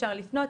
אפשר לפנות.